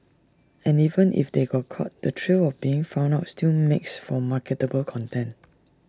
and even if they got caught the thrill of being found out still makes for marketable content